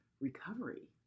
recovery